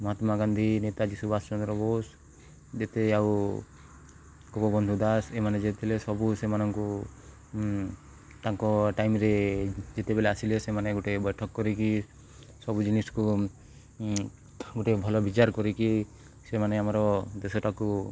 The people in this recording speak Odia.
ମହାତ୍ମା ଗାନ୍ଧୀ ନେତାଜୀ ସୁବାଷ ଚନ୍ଦ୍ର ବୋଷ ଯେତେ ଆଉ ଗୋପୋବନ୍ଧୁ ଦାସ ଏମାନେ ଯେତେଥିଲେ ସବୁ ସେମାନଙ୍କୁ ତାଙ୍କ ଟାଇମ୍ରେ ଯେତେବେଳେ ଆସିଲେ ସେମାନେ ଗୋଟେ ବୈଠକ କରିକି ସବୁ ଜିନିଷ୍କୁ ଗୋଟେ ଭଲ ବିଚାର କରିକି ସେମାନେ ଆମର ଦେଶଟାକୁ